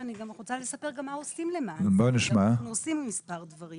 אני גם רק לספר מה אנחנו עושים למען זה כי אנחנו עושים מספר דברים.